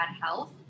health